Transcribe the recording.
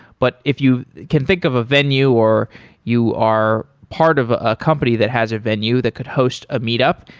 but if you can think of a venue or you are part of a a company that has a venue that could host a meet up,